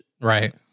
right